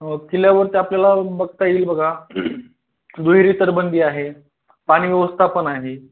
हो किल्यावर ते आपल्याला बघता येईल बघा दुहेरी तटबंदी आहे पाणी व्यवस्थापण आहे